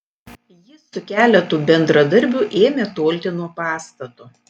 jis su keletu bendradarbių ėmė tolti nuo pastato